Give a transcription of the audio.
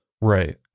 Right